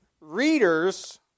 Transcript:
readers